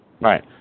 Right